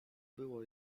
było